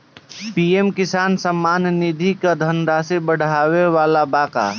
PM किसान सम्मान निधि क धनराशि बढ़े वाला बा का?